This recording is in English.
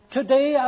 Today